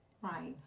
Right